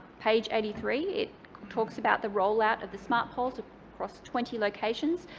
page eighty three, it talks about the roll out of the smart poles across twenty locations.